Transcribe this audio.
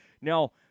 Now